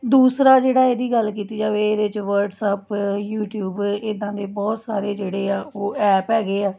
ਦੂਸਰਾ ਜਿਹੜਾ ਇਹਦੀ ਗੱਲ ਕੀਤੀ ਜਾਵੇ ਇਹਦੇ 'ਚ ਵਟਸਅਪ ਯੂਟਿਊਬ ਇੱਦਾਂ ਦੇ ਬਹੁਤ ਸਾਰੇ ਜਿਹੜੇ ਆ ਉਹ ਐਪ ਹੈਗੇ ਆ